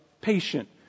patient